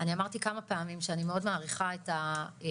אני אמרתי כמה פעמים שאני מאוד מעריכה את העבודה